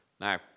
Now